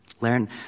Learn